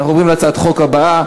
אנחנו עוברים להצעת חוק הבאה,